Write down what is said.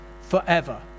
forever